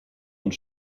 und